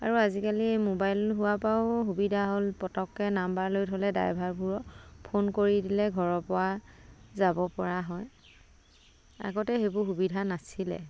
আৰু আজিকালি মোবাইল হোৱাৰ পাও সুবিধা হ'ল পটককৈ নম্বৰ লৈ থ'লে ড্ৰাইভাৰবোৰক ফোন কৰি দিলে ঘৰৰ পৰা যাব পৰা হয় আগতে সেইবোৰ সুবিধা নাছিলে